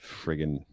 friggin